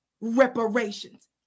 reparations